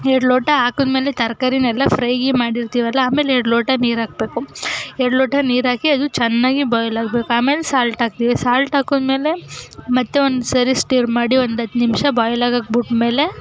ಎರಡು ಲೋಟ ಹಾಕಿದ್ಮೇಲೆ ತರಕಾರಿನ್ನೆಲ್ಲ ಫ್ರೈ ಮಾಡಿರ್ತೀವಲ್ಲ ಆಮೇಲೆ ಎರಡು ಲೋಟ ನೀರಾಕಬೇಕು ಎರಡು ಲೋಟ ನೀರಾಕಿ ಅದು ಚೆನ್ನಾಗಿ ಬಾಯ್ಲಾಗಬೇಕು ಆಮೇಲೆ ಸಾಲ್ಟ್ ಹಾಕ್ತೀವಿ ಸಾಲ್ಟ್ ಹಾಕಿದ್ಮೇಲೆ ಮತ್ತೆ ಒಂದ್ಸರಿ ಸ್ಟಿರ್ ಮಾಡಿ ಒಂದು ಹತ್ತು ನಿಮಿಷ ಬಾಯ್ಲಾಗೋಕೆ ಬಿಟ್ಮೇಲೆ